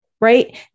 right